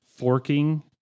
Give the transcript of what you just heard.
forking